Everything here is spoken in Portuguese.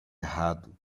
errado